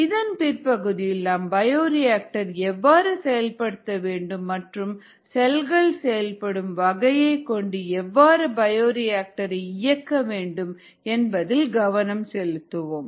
இதன் பிற்பகுதியில் நாம் பயோரியாக்டர் எவ்வாறு செயல்படுத்த வேண்டும் மற்றும் செல்கள் செயல்படும் வகையை கொண்டு எவ்வாறு பயோரிஆக்டர் இயக்க வேண்டும் என்பதில் கவனம் செலுத்துவோம்